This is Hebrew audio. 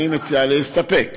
אני מציע להסתפק,